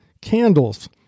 candles